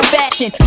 fashion